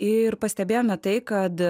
ir pastebėjome tai kad